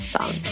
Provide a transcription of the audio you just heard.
song